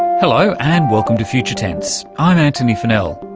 hello and welcome to future tense, i'm antony funnell.